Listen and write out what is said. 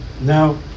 now